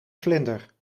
vlinder